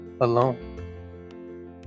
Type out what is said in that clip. alone